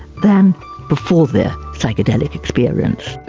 than before their psychedelic experience.